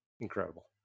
Incredible